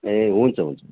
ए हुन्छ हुन्छ